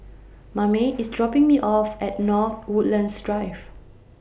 Mame IS dropping Me off At North Woodlands Drive